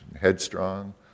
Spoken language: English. headstrong